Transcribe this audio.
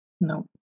No